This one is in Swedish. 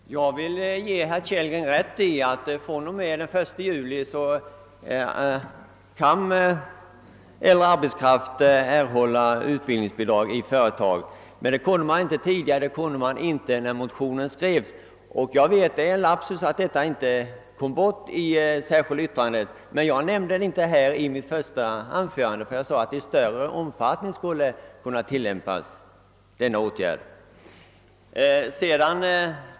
Herr talman! Jag vill ge herr Kellgren rätt i att äldre arbetskraft fr.o.m. den 1 juli kan erhålla utbildningsbidrag i företag. Det var emellertid inte möjligt när motionen skrevs. Det är en lapsus att detta uttalande inte togs bort i det särskilda yttrandet. Jag nämnde det emellertid inte i mitt första anförande; jag sade att denna möjlighet skulle kunna tillämpas i större omfattning.